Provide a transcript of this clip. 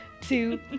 two